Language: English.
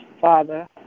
Father